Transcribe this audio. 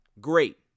Great